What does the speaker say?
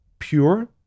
pure